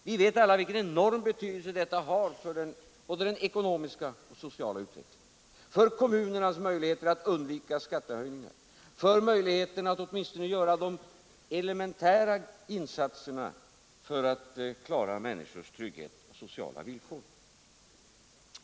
Vi vet alla vilken enorm betydelse detta har för både den ekonomiska och den sociala utvecklingen, för kommunernas möjligheter att undvika skattehöjningar, för möjligheterna att åtminstone göra de elementära insatserna för att klara människors trygghet och sociala villkor.